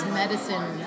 medicine